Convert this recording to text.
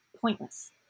pointless